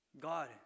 God